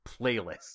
playlist